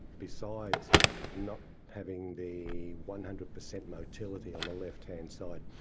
besides not having the one hundred percent motility on the left-hand side,